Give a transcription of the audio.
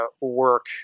work